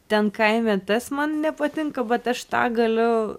ten kaime tas man nepatinka bet aš tą galiu